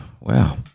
wow